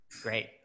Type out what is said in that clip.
Great